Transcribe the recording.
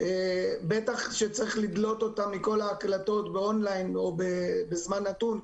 בטח כשצריך לדלות אותן מכל ההקלטות באון ליין או בזמן נתון,